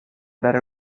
dare